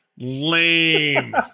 lame